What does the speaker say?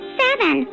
seven